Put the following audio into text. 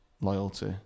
loyalty